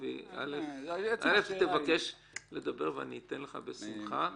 תבקש לדבר, ואני אתן לך בשמחה.